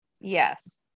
Yes